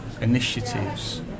initiatives